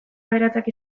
aberatsak